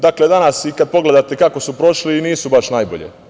Dakle, danas i kad pogledate kako su prošli i nisu baš najbolje.